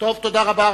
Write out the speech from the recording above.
תודה רבה.